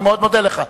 אני מאוד מודה לך.